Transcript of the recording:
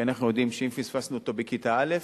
כי אנחנו יודעים שאם פספסנו אותו בכיתה א',